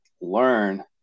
learn